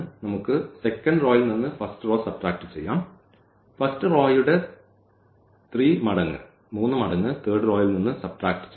നമുക്ക് സെക്കന്റ് റോയിൽ നിന്ന് ഫസ്റ്റ് റോ സബ്ട്രാക്ട് ചെയ്യാം ഫസ്റ്റ് റോയുടെ 3 മടങ്ങ് തേർഡ് റോയിൽ നിന്ന് സബ്ട്രാക്ട ചെയ്യാം